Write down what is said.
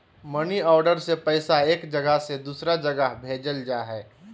money order से पैसा एक जगह से दूसर जगह भेजल जा हय